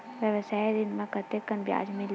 व्यवसाय ऋण म कतेकन ब्याज लगही?